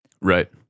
Right